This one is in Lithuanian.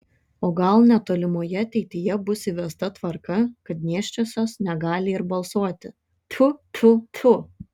o gal netolimoje ateityje bus įvesta tvarka kad nėščiosios negali ir balsuoti tfu tfu tfu